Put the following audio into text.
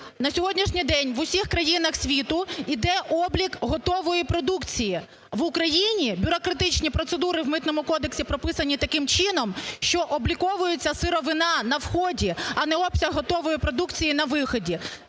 На сьогоднішній день в усіх країнах світу йде облік готової продукції, в Україні бюрократичні процедури в Митному кодексі прописані таким чином, що обліковується сировина на вході, а не обсяг готової продукції на виході.